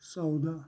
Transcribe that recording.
سودا